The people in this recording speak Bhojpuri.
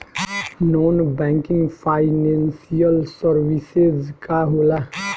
नॉन बैंकिंग फाइनेंशियल सर्विसेज का होला?